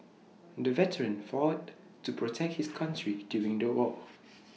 the veteran fought to protect his country during the war